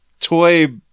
toy